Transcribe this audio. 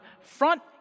front